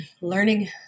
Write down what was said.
learning